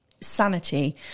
sanity